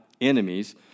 enemies